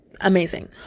amazing